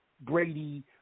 Brady